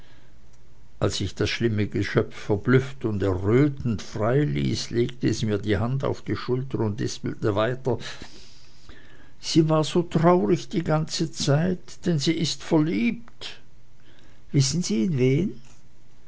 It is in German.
als ich das schlimme geschöpf verblüfft und errötend freiließ legte es mir die hand auf die schulter und lispelte weiter sie war so traurig die ganze zeit denn sie ist verliebt wissen sie in wen